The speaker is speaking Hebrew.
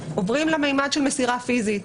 עוברים לממד של מסירה פיזית.